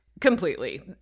Completely